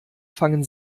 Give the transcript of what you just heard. fangen